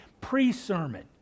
pre-sermon